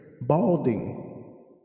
balding